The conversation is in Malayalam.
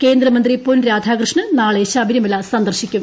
കേന്ദ്രമന്ത്രി പൊൻരാധാകൃഷ്ണൻ നാളെ ശബരിമല സന്ദർശിക്കും